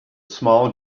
small